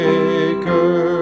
Maker